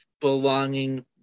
belonging